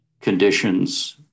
conditions